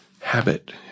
Habit